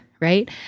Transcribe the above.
right